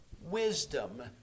wisdom